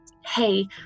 Hey